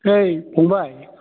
ओइ फंबाय